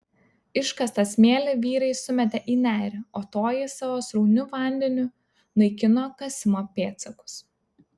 iškastą smėlį vyrai sumetė į nerį o toji savo srauniu vandeniu naikino kasimo pėdsakus